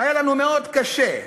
"היה לנו מאוד קשה,